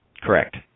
Correct